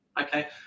okay